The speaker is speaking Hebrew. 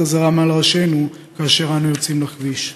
אזהרה מעל ראשנו כאשר אנו יוצאים לכביש.